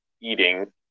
eating